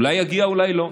אולי יגיע, אולי לא,